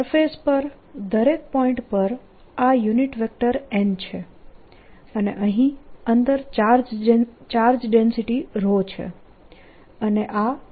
surface પર દરેક point પર આ યુનિટ વેક્ટર n છે અને અહીં અંદર ચાર્જ ડેન્સિટી છે અને આ કરંટસ છે